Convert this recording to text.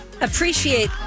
appreciate